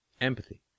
empathy